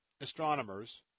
astronomers